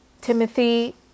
Timothy